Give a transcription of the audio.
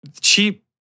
cheap